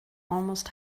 almost